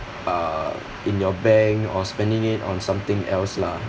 uh in your bank or spending it on something else lah